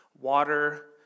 water